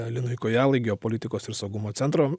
linui kojalai geopolitikos ir saugumo centro